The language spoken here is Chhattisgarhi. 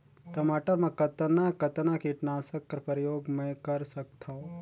टमाटर म कतना कतना कीटनाशक कर प्रयोग मै कर सकथव?